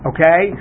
Okay